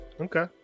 Okay